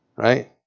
Right